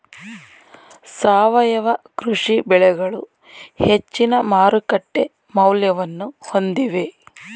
ಸಾವಯವ ಕೃಷಿ ಬೆಳೆಗಳು ಹೆಚ್ಚಿನ ಮಾರುಕಟ್ಟೆ ಮೌಲ್ಯವನ್ನು ಹೊಂದಿವೆ